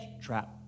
trap